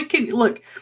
Look